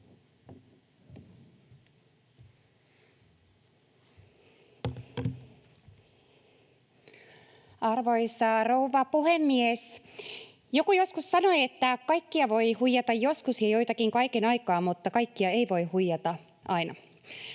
Arvoisa rouva puhemies! Joku joskus sanoi, että kaikkia voi huijata joskus ja joitakin kaiken aikaa, mutta kaikkia ei voi huijata aina.